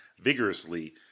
vigorously